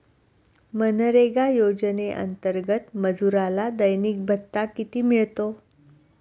मनरेगा योजनेअंतर्गत मजुराला दैनिक भत्ता किती मिळतो?